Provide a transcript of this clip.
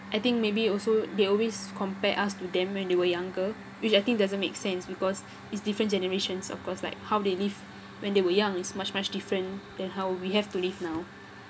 I think maybe also they always compare us to them when they were younger which I think doesn't make sense because it's different generations of course like how they live when they were young is much much different than how we have to live now